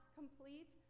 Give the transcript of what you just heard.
complete